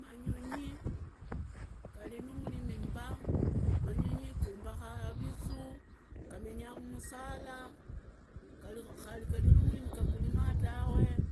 Manyonyi gari numulimi mba, manyonyi gumbakaa vizuu, gamenyaa mumusula, kari garinumulimi gakurima tawe,